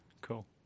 cool